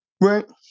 Right